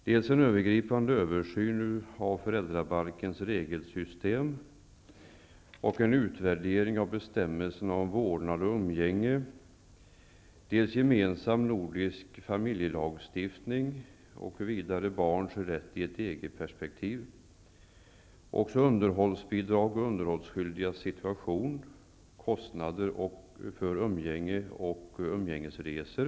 Det gäller en genomgripande översyn av föräldrabalkens regelsystem, utvärdering av bestämmelserna om vårdnad och umgänge, gemensam nordisk familjelagstiftning, barnens rätt i ett EG-perspektiv, underhållsbidrag och underhållsskyldigas situation och kostnader för umgänge och umgängesresor.